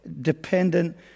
dependent